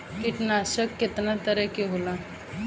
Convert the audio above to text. कीटनाशक केतना तरह के होला?